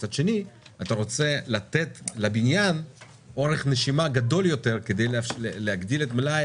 מצד שני אתה רוצה לתת לבניין אורך נשימה גדול יותר כדי להגדיל את מלאי